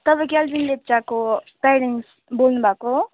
तपाईँ क्याल्भिन लेप्चाको पेरेन्ट्स बोल्नु भएको हो